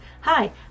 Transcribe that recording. Hi